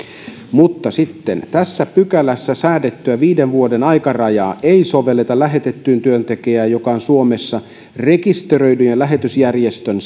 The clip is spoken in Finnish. mutta sitten tässä pykälässä säädettyä viiden vuoden aikarajaa ei sovelleta lähetettyyn työntekijään joka on suomessa rekisteröidyn lähetysjärjestön